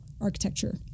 architecture